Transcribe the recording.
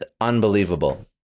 unbelievable